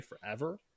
forever